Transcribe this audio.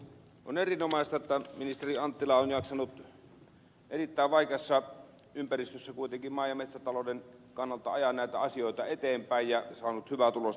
on erinomaista että ministeri anttila on jaksanut erittäin vaikeassa ympäristössä maa ja metsätalouden kannalta kuitenkin ajaa näitä asioita eteenpäin ja saanut hyvää tulosta aikaan